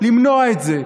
למנוע את זה,